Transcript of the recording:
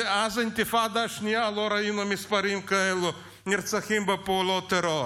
מאז האינתיפאדה השנייה לא ראינו מספרים כאלה של נרצחים בפעולות טרור.